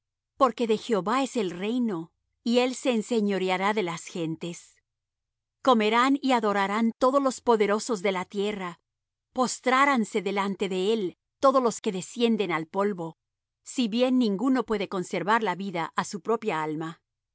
porque de jehová es el reino y él se enseñoreará de las gentes comerán y adorarán todos los poderosos de la tierra postraránse delante de él todos los que descienden al polvo si bien ninguno puede conservar la vida á su propia alma